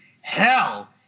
hell